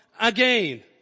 again